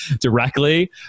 directly